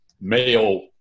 male